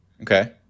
Okay